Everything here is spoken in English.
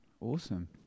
Awesome